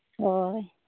ᱦᱳᱭ